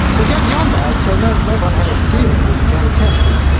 we go beyond that, so no no point having a theory if it can't be tested.